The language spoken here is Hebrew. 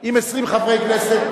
אם 20 חברי כנסת,